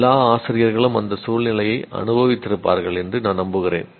எல்லா ஆசிரியர்களும் அந்த சூழ்நிலையை அனுபவித்திருப்பார்கள் என்று நான் நம்புகிறேன்